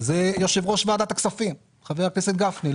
זה יושב ראש ועדת הכספים, חבר הכנסת גפני.